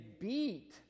beat